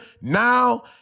Now